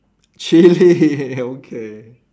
chili okay